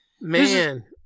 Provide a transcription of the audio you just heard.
man